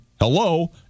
hello